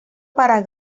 para